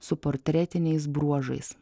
su portretiniais bruožais